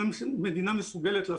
האם המדינה מסוגלת לעשות.